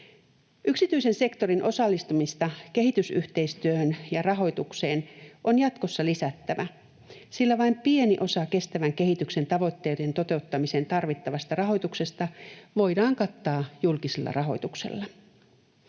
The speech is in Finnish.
Yksityisen sektorin osallistumista kehitysyhteistyöhön ja -rahoitukseen on jatkossa lisättävä, sillä vain pieni osa kestävän kehityksen tavoitteiden toteuttamiseen tarvittavasta rahoituksesta voidaan kattaa julkisella rahoituksella.